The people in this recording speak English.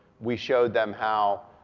we showed them how,